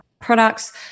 products